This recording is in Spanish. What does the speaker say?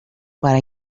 para